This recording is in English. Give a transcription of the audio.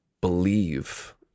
believe